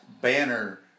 banner